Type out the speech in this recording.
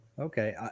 Okay